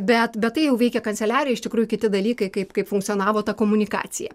bet bet tai jau veikia kanceliarija iš tikrųjų kiti dalykai kaip kaip funkcionavo ta komunikacija